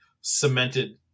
cemented